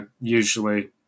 usually